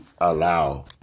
allow